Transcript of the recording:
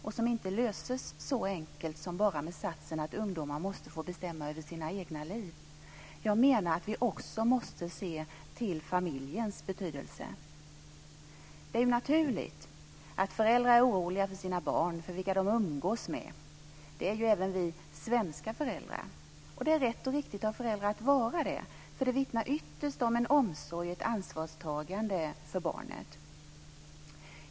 Det är inte så enkelt att detta bara löses med satsen att ungdomar måste få bestämma över sina egna liv. Jag menar att vi också måste se till familjens betydelse. Det är naturligt att föräldrar är oroliga för sina barn, för vilka de umgås med. Det är ju även vi svenska föräldrar. Och det är rätt och riktigt av föräldrar att vara det. Det vittnar ytterst om en omsorg och ett ansvarstagande för barnet.